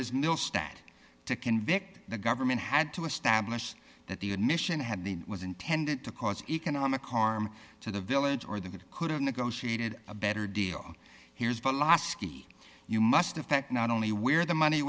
is no stat to convict the government had to establish that the admission had been was intended to cause economic harm to the village or that it could have negotiated a better deal here's polaski you must affect not only where the money